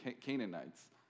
Canaanites